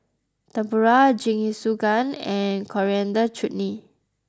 Tempura Jingisukan and Coriander Chutney